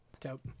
Dope